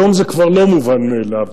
היום זה כבר לא מובן מאליו.